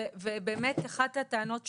ובאמת אחת הטענות,